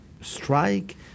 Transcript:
strike